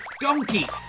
donkey